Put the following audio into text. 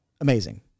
amazing